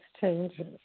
changes